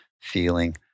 feeling